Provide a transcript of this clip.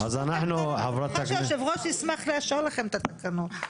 אני בטוחה שהיושב ראש ישמח לאשר לכם את התקנות.